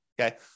Okay